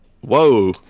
Whoa